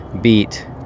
beat